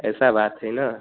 ऐसी बात है ना